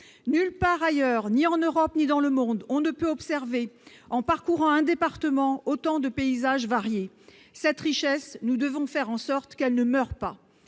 Nulle part ailleurs, ni en Europe ni dans le monde, on ne peut observer, en parcourant un même département, autant de paysages variés. Nous devons faire en sorte que cette richesse